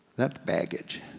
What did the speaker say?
that's baggage.